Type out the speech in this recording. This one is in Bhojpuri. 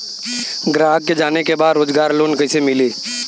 ग्राहक के जाने के बा रोजगार लोन कईसे मिली?